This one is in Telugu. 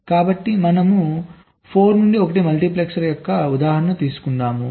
కాబట్టి మనము 4 నుండి 1 మల్టీప్లెక్సర్ యొక్క ఉదాహరణను తీసుకుంటాము